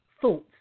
thoughts